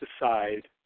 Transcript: decide